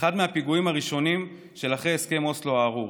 אחד הפיגועים הראשונים של אחרי הסכם אוסלו הארור,